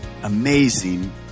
amazing